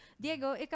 Diego